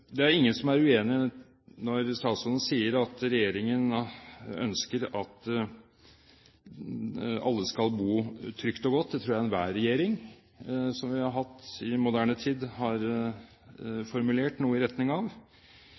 Det er ingen som er uenig når statsråden sier at regjeringen ønsker at alle skal bo «trygt og godt» – det tror jeg enhver regjering vi har hatt i moderne tid, har formulert noe i retning av.